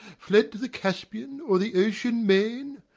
fled to the caspian or the ocean main?